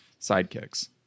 sidekicks